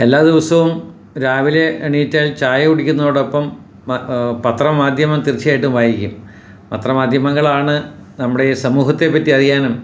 എല്ലാ ദിവസവും രാവിലെ എണീറ്റാല് ചായ കുടിക്കുന്നതോടൊപ്പം പത്ര മാധ്യമം തീര്ച്ചയായിട്ടും വായിക്കും പത്ര മാധ്യമങ്ങളാണ് നമ്മുടെ ഈ സമൂഹത്തെ പറ്റി അറിയാനും